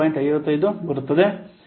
55 ಬರುತ್ತದೆ